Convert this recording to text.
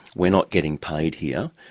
we're not getting paid here,